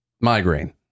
migraine